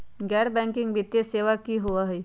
गैर बैकिंग वित्तीय सेवा की होअ हई?